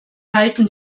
halten